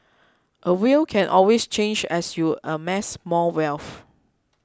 a will can always change as you amass more wealth